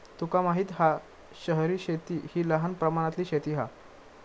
तुका माहित हा शहरी शेती हि लहान प्रमाणातली शेती हा